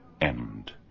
end